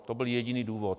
To byl jediný důvod.